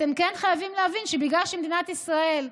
אתם כן חייבים להבין שבגלל שבמדינת ישראל,